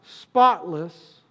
spotless